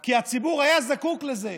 כי הציבור היה זקוק לזה.